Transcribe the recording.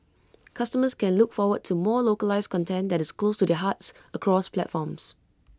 customers can look forward to more localised content that is close to their hearts across platforms